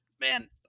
man